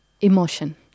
emotion